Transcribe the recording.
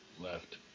left